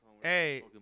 Hey